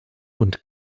und